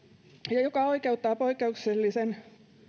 ja joka oikeuttaa poikkeuksellisen